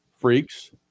freaks